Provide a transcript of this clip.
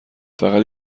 فقط